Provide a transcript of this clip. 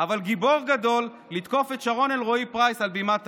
אבל גיבור גדול לתקוף את שרון אלרעי פרייס על בימת האו"ם.